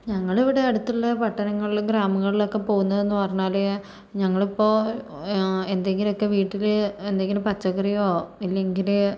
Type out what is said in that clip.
ഞങ്ങളിവിടെ അടുത്തുള്ള പട്ടണങ്ങളിലും ഗ്രാമങ്ങളിലുമൊക്കെ പോകുന്നു എന്ന് പറഞ്ഞാല് ഞങ്ങളിപ്പോൾ എന്തെങ്കിലുമൊക്കെ വീട്ടില് എന്തെങ്കിലും പച്ചക്കറിയോ ഇല്ലെങ്കില്